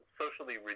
socially